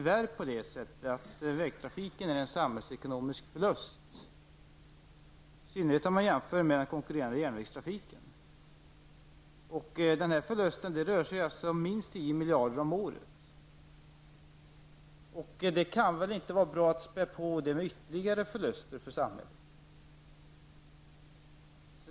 Vägtrafiken utgör tyvärr en samhällsekonomisk förlust, i synnerhet om man jämför med den konkurrerande järnvägstrafiken. Det rör sig om en förlust på minst 10 miljarder om året. Det kan väl inte vara bra att spä på detta med ytterligare förluster för samhället.